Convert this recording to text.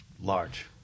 large